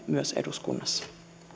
myös eduskunnassa